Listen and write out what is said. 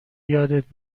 یادت